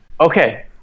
Okay